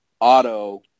auto